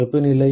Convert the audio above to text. வெப்ப நிலை